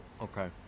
Okay